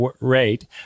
rate